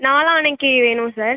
நாளானைக்கு வேணும் சார்